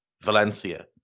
Valencia